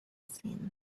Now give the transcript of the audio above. seen